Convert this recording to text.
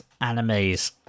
animes